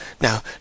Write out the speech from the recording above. Now